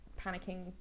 panicking